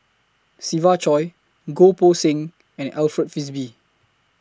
Siva Choy Goh Poh Seng and Alfred Frisby